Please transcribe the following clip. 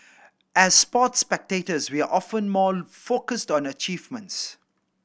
as sports spectators we are often more focused on achievements